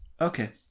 Okay